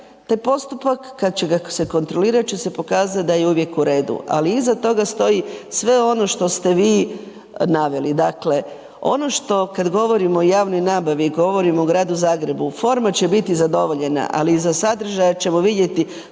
Taj postupak kada će ga se kontrolirati će se pokazati da je uvijek u redu, ali iza toga stoji sve ono što ste vi naveli. Dakle, ono što kada govorimo o javnoj nabavi govorim o gradu Zagrebu forma će biti zadovoljena, ali iza sadržaja ćemo vidjeti